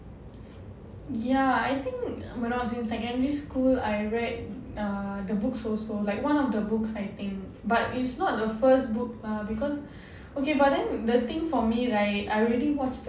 ya I think when I was in secondary school I read err the books also like one of the books I think but it's not the first book err because okay but then the thing for me right I already watched